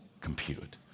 compute